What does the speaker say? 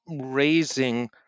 raising